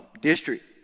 district